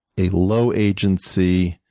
a low agency,